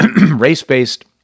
Race-based